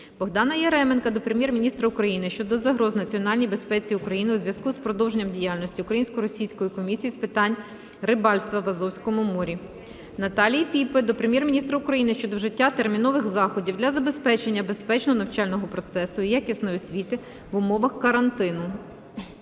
Богдана Яременка до Прем'єр-міністра України щодо загроз національній безпеці України у зв'язку з продовженням діяльності Українсько-Російської Комісії з питань рибальства в Азовському морі. Наталії Піпи до Прем'єр-міністра України щодо вжиття термінових заходів для забезпечення безпечного навчального процесу і якісної освіти в умовах карантину.